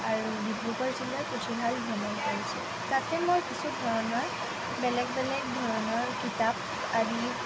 আৰু ডিব্ৰুগড় জিলাৰ পুথিভঁৰাল ভ্ৰমণ কৰিছোঁ তাতে মই কিছু ধৰণৰ বেলেগ বেলেগ ধৰণৰ কিতাপ আদি